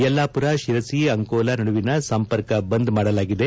ಯಲ್ಲಾಪುರ ಶಿರಸಿ ಅಂಕೋಲಾ ನಡುವಿನ ಸಂಪರ್ಕ ಬಂದ್ ಮಾಡಲಾಗಿದೆ